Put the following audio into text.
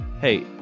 hey